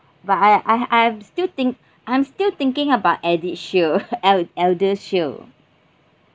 but I I I'm still think I'm still thinking about edishield ElderShield